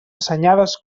assenyades